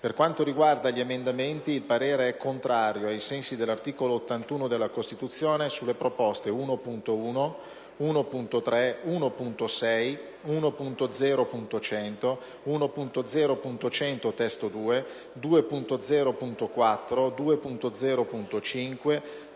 Per quanto riguarda gli emendamenti, il parere è contrario, ai sensi dell'articolo 81 della Costituzione, sulle proposte 1.1, 1.3, 1.6, 1.0.100, 1.0.1000, 2.0.4, 2.0.5, 2.0.6,